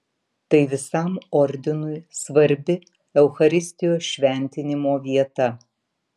tai visam ordinui svarbi eucharistijos šventimo vieta